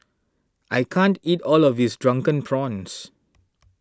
I can't eat all of this Drunken Prawns